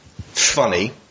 Funny